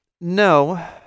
No